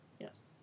Yes